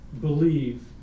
believe